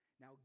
Now